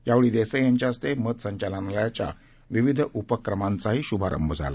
यावेळी देसाई यांच्या हस्ते मध संचालनालयाच्या विविध उपक्रमांचाही शुभारंभ झाला